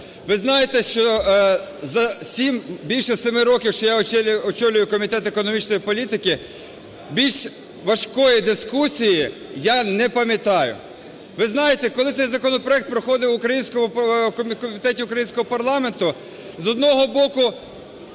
Ви знаєте, що за сім, більше семи років, що я очолюю Комітет економічної політики, більш важкої дискусії я не пам'ятаю. Ви знаєте, коли цей законопроект проходив в комітеті українського парламенту, з одного боку